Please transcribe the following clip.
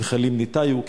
כנחלים ניטָיו,